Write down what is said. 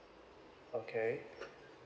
okay